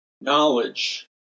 knowledge